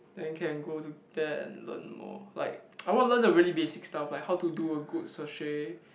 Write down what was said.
then can go to there and learn more like I want learn the really basic stuff like how to do a good sashay